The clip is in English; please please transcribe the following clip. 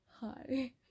Hi